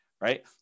Right